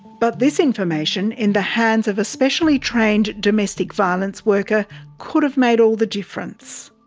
but this information in the hands of a specially trained domestic violence worker could have made all the difference.